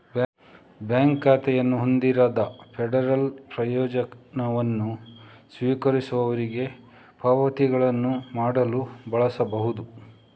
bank ಖಾತೆಯನ್ನು ಹೊಂದಿರದ federal ಪ್ರಯೋಜನವನ್ನು ಸ್ವೀಕರಿಸುವವರಿಗೆ ಪಾವತಿಗಳನ್ನು ಮಾಡಲು ಬಳಸಬಹುದು